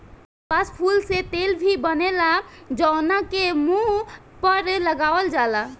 कपास फूल से तेल भी बनेला जवना के मुंह पर लगावल जाला